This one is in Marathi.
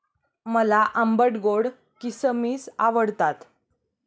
मला आंबट गोड किसमिस आवडतात